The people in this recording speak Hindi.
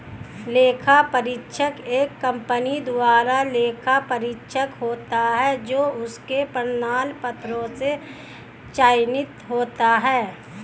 लेखा परीक्षक एक कंपनी द्वारा लेखा परीक्षक होता है जो उसके प्रमाण पत्रों से चयनित होता है